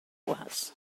was